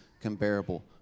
comparable